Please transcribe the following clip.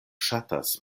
ŝatas